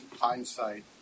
hindsight